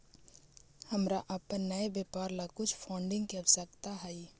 हमारा अपन नए व्यापार ला कुछ फंडिंग की आवश्यकता हई